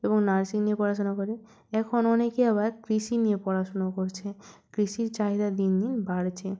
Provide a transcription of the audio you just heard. এবং নার্সিং নিয়ে পড়াশোনা করে এখন অনেকে আবার কৃষি নিয়ে পড়াশোনা করছে কৃষির চাহিদা দিন দিন বাড়ছে